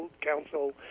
Council